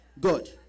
Good